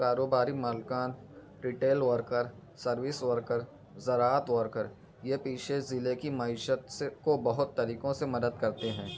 کاروباری مالکان retail worker service worker زراعت ورکر یہ پیشے ضلع کی معیشت سے کو بہت طریقوں سے مدد کرتے ہیں